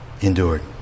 endured